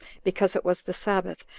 because it was the sabbath,